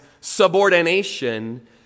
subordination